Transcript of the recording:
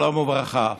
שלום וברכה.